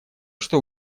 что